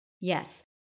Yes